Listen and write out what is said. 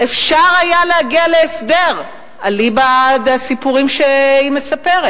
היה אפשר להגיע להסדר, אליבא דסיפורים שהיא מספרת.